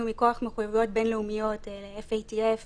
מכוח מחויבויות בין-לאומיות FATF וכו'